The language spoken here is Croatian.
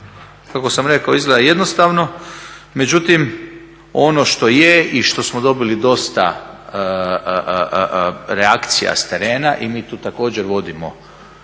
kako sam rekao izgleda jednostavno, međutim ono što je i što smo dobili dosta reakcija s terena i mi tu također vodimo